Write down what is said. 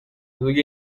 روی